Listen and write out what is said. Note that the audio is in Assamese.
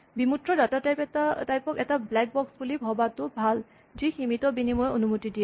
বিমূৰ্ত ডাটা টাইপ ক এটা ব্লেক বক্স বুলি ভৱাটো ভাল যি সীমিত বিনিময়ৰ অনুমতি দিয়ে